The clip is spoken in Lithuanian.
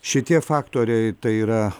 šitie faktoriai tai yra